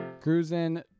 Cruising